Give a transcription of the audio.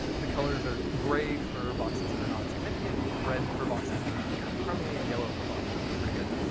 the colors are gray for voxels that are non-significant, red and for voxels that are kind of crummy, and yellow for voxels that are pretty good.